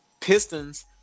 Pistons